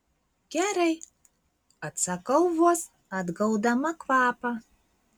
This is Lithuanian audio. gerai atsakau vos atgaudama kvapą